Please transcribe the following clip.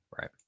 Right